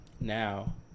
now